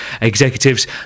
executives